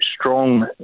strong